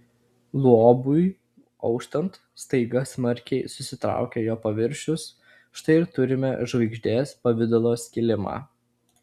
luobui auštant staiga smarkiai susitraukė jo paviršius štai ir turime žvaigždės pavidalo skilimą